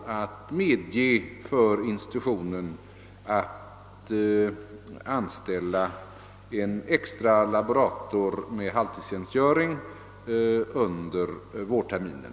Det kommer att tillåta institutionen att anställa en extra laborator med halvtidstjänstgöring under vårterminen.